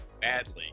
badly